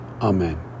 Amen